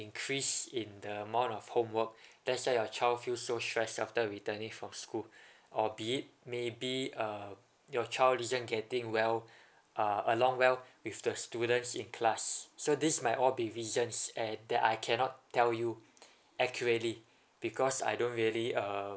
increase in the amount of homework that's why your child feel so stress after returning from school or be it maybe uh your child isn't getting well uh along well with the students in class so this might all be reasons and that I cannot tell you accurately because I don't really uh